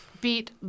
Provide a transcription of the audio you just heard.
beat